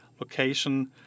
location